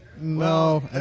No